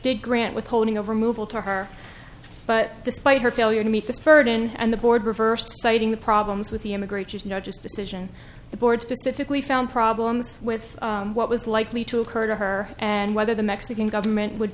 did grant withholding over move to her but despite her failure to meet this burden and the board reversed citing the problems with the immigration is not just decision the board specifically found problems with what was likely to occur to her and whether the mexican government would